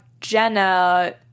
Jenna